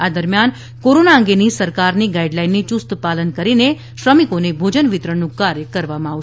આ દરમિયાન કોરોના અંગેની સરકારની ગાઈડલાઇનનું ચુસ્ત પાલન કરીને શ્રમિકોને ભોજન વિતરણનું કાર્ય કરવામાં આવશે